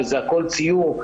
והכול ציור.